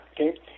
okay